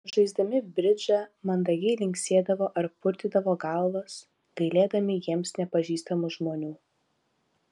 žaisdami bridžą mandagiai linksėdavo ar purtydavo galvas gailėdami jiems nepažįstamų žmonių